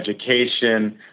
education